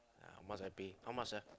uh how much I pay how much ah